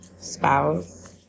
spouse